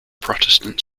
protestant